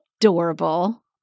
adorable